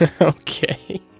Okay